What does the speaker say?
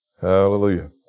Hallelujah